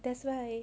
that's why